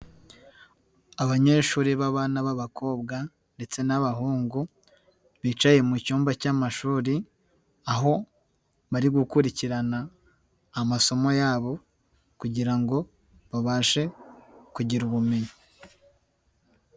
Abanyeshuri b'abana b'abakobwa ndetse n'abahungu bicaye mu cyumba cy'amashuri aho bari gukurikirana amasomo yabo kugira ngo babashe kugira ubumenyi.